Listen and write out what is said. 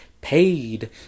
paid